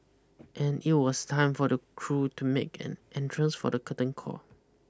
and it was time for the crew to make an entrance for the curtain call